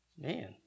man